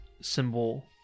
symbol